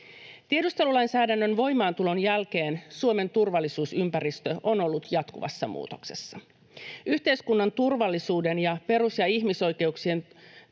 Tiedustelulainsäädännön voimaantulon jälkeen Suomen turvallisuusympäristö on ollut jatkuvassa muutoksessa. Yhteiskunnan turvallisuuden ja perus- ja ihmisoikeuksien